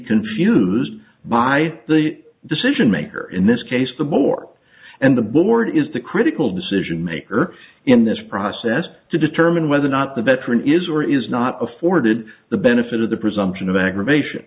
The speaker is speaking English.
confused by the decision maker in this case the more and the board is the critical decision maker in this process to determine whether or not the veteran is or is not afforded the benefit of the presumption of aggravation